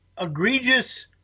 egregious